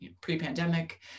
pre-pandemic